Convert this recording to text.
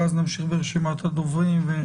ואז נמשיך ברשימת הדוברים ונחתור לסיכום.